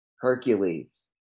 Hercules